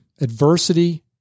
Adversity